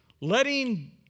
letting